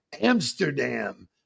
Amsterdam